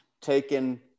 taken